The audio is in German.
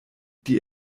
die